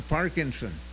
Parkinson